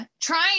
trying